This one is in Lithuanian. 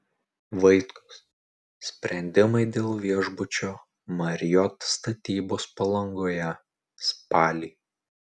vaitkus sprendimai dėl viešbučio marriott statybos palangoje spalį